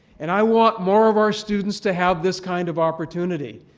and i want more of our students to have this kind of opportunity.